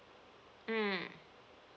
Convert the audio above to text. mm